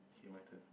okay my turn